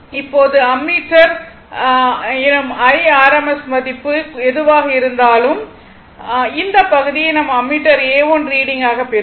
இப்போது அம்மீட்டரரில் r எனும் IRMS மதிப்பு எதுவாக இருந்தாலும் இதை அம்மீட்டர் A1 ரீடிங் ஆக பெறுவோம்